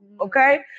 Okay